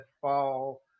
fall